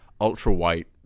ultra-white